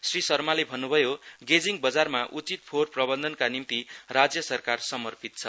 श्री शर्माले भन्नुभयो गेजिङ बजारमा उचित फोहोर प्रबन्धनका निम्ति राज्य सरकार समर्पितछ